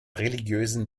religiösen